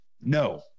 No